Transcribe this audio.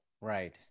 right